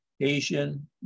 Asian